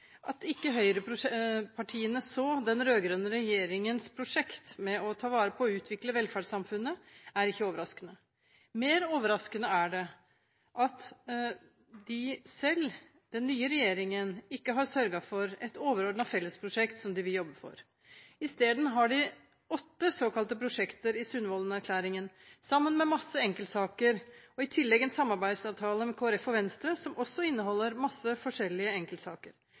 At ikke høyrepartiene så den rød-grønne regjeringens prosjekt med å ta vare på og utvikle velferdssamfunnet, er ikke overraskende. Mer overraskende er det at de selv, den nye regjeringen, ikke har sørget for et overordnet felles prosjekt, som de vil jobbe for. I stedet har de åtte såkalte prosjekter i Sundvolden-erklæringen, sammen med mange enkeltsaker. I tillegg har de en samarbeidsavtale med Kristelig Folkeparti og Venstre, som også inneholder mange forskjellige enkeltsaker.